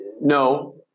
No